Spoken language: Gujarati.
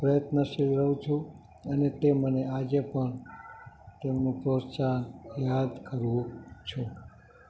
પ્રયત્નશીલ રહું છું અને તે મને આજે પણ તેમનું પ્રોત્સાહન યાદ કરું છું